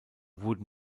wurden